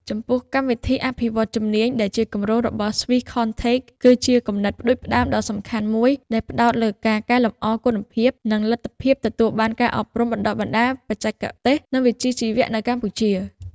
ចំពោះ កម្មវិធីអភិវឌ្ឍន៍ជំនាញ ដែលជាគម្រោងរបស់ ស្វីស ខនថេក Swisscontact គឺជាគំនិតផ្តួចផ្តើមដ៏សំខាន់មួយដែលផ្តោតលើការ កែលម្អគុណភាព និងលទ្ធភាពទទួលបានការអប់រំបណ្តុះបណ្តាលបច្ចេកទេស និងវិជ្ជាជីវៈ នៅកម្ពុជា។